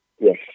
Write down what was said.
Yes